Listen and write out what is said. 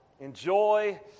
Enjoy